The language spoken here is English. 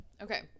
Okay